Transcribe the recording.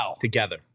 together